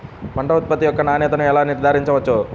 పంట ఉత్పత్తి యొక్క నాణ్యతను ఎలా నిర్ధారించవచ్చు?